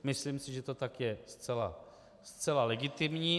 Myslím si, že to tak je zcela legitimní.